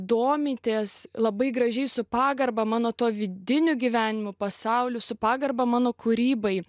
domitės labai gražiai su pagarba mano tuo vidiniu gyvenimu pasauliu su pagarba mano kūrybai